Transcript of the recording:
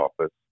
office